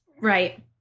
Right